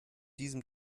diesem